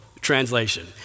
translation